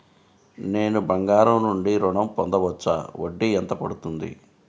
నేను బంగారం నుండి ఋణం పొందవచ్చా? వడ్డీ ఎంత పడుతుంది?